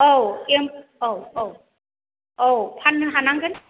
औ एम औ औ औ फाननो हानांगोन